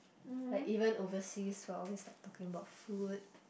like even overseas we're always like talking about food